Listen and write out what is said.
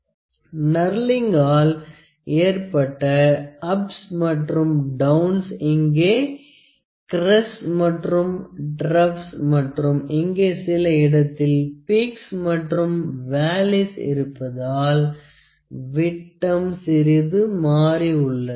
க்னர்லிங்காள் ஏற்பட்ட அப்ஸ் மற்றும் டௌன்ஸ் இங்கே க்ரெஸ்ட்ஸ் மற்றும் ட்ரப்ஸ் மற்றும் இங்கே சில இடத்தில் பீக்ஸ் மற்றும் வேலீஸ் இருப்பதால் விட்டம் சிறிது மாறி உள்ளது